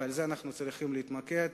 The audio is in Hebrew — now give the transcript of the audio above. ובזה אנחנו צריכים להתמקד,